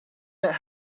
that